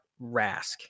Rask